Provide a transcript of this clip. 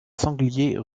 sanglier